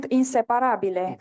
inseparable